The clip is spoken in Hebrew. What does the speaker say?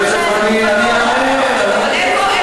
זה מה שכתוב בדוח?